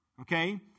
Okay